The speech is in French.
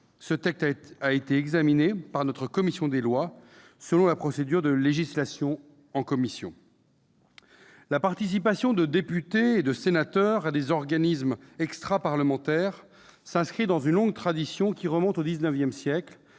ce texte a été examiné par notre commission des lois selon la procédure de législation en commission. La participation de députés et de sénateurs à des organismes extraparlementaires s'inscrit dans une longue tradition, qui remonte au XIX siècle